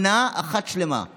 היא